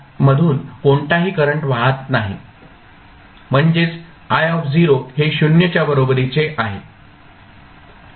म्हणजेच i हे 0 च्या बरोबरीचे आहे